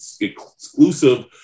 exclusive